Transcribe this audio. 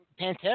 Pantera